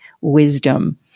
wisdom